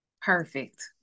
Perfect